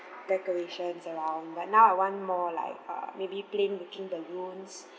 decorations around but now I want more like uh plain looking balloons